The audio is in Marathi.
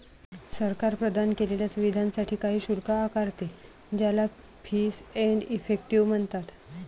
सरकार प्रदान केलेल्या सुविधांसाठी काही शुल्क आकारते, ज्याला फीस एंड इफेक्टिव म्हणतात